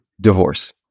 divorce